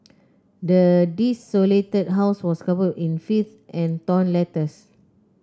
the desolated house was covered in filth and torn letters